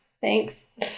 Thanks